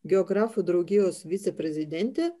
geografų draugijos viceprezidentę